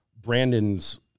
Brandon's